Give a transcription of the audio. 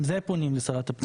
עם זה פונים לשרת הפנים.